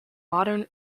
modern